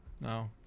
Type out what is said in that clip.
No